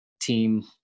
Team